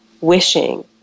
wishing